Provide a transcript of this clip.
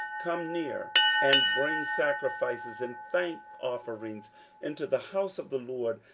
come near and bring sacrifices and thank offerings into the house of the lord.